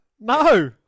No